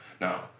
Now